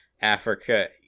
africa